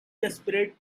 desperate